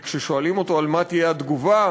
וכששואלים אותו מה תהיה התגובה,